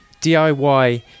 DIY